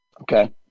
Okay